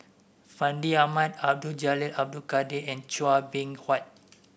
Fandi Ahmad Abdul Jalil Abdul Kadir and Chua Beng Huat